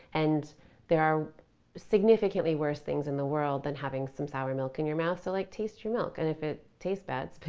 and there are significantly worse things in the world than having some sour milk in your mouth. so, like taste your milk and if it tastes bad